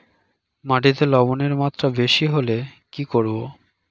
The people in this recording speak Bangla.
মাটিতে লবণের মাত্রা বেশি হলে কি করব?